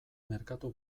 merkatu